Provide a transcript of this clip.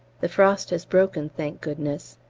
the frost has broken, thank goodness.